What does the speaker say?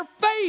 faith